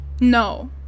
No